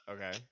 Okay